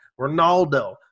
Ronaldo